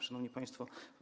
Szanowni Państwo!